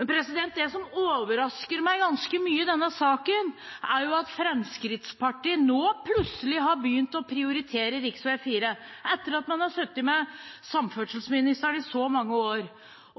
Det som overrasker meg ganske mye i denne saken, er at Fremskrittspartiet nå plutselig har begynt å prioritere rv. 4, etter at de har sittet med samferdselsministeren i så mange år,